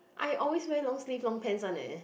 I always wear long sleeve long pants one leh